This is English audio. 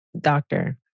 Doctor